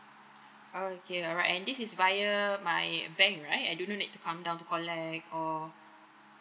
oh okay alright and this is via my bank right I don't need to come down to collect or